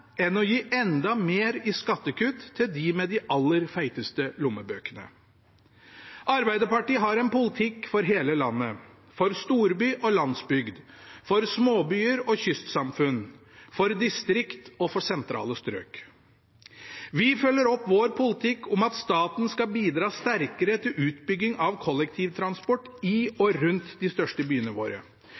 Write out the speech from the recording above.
enn å gi enda mer i skattekutt til dem med de aller feiteste lommebøkene. Arbeiderpartiet har en politikk for hele landet – for storby og landsbygd, for småbyer og kystsamfunn, for distrikt og for sentrale strøk. Vi følger opp vår politikk om at staten skal bidra sterkere til utbygging av kollektivtransport i og rundt de største byene våre.